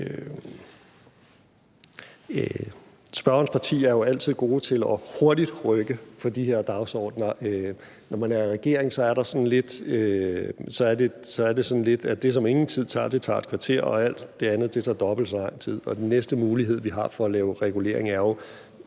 Spørgerens parti er jo altid gode til hurtigt at rykke på de her dagsordner. Når man er i regering er det lidt sådan, at det, som ingen tid tager, tager et kvarter, og alt det andet tager dobbelt så lang tid. Og den næste mulighed, vi har for at lave regulering, er jo